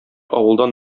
авылдан